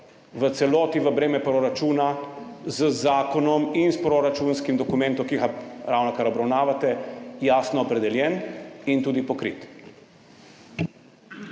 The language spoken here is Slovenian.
v celoti v breme proračuna z zakonom in s proračunskim dokumentom, ki ga ravnokar obravnavate, jasno opredeljen in tudi pokrit.